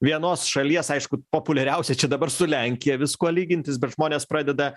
vienos šalies aišku populiariausia čia dabar su lenkija viskuo lygintis bet žmonės pradeda